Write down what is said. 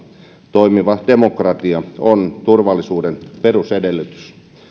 toimiva demokratia on turvallisuuden perusedellytys